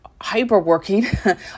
hyperworking